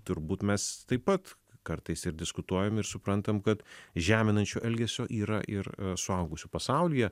turbūt mes taip pat kartais ir diskutuojam ir suprantam kad žeminančio elgesio yra ir suaugusių pasaulyje